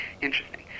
interesting